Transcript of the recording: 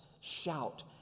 shout